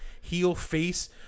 heel-face